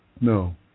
No